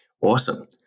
Awesome